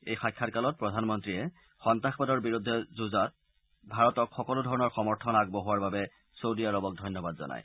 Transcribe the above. এই সাক্ষাৎকালত প্ৰধানমন্ত্ৰীয়ে সন্নাসবাদৰ বিৰুদ্ধে যুঁজাত ভাৰতক সকলোধৰণৰ সমৰ্থন আগবঢ়োৱাৰ বাবে চৌদী আৰৱক ধন্যবাদ জনায়